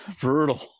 Brutal